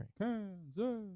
Kansas